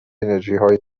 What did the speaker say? انرژیهای